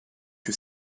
que